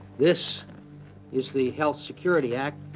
this is the health security act.